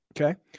Okay